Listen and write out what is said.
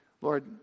Lord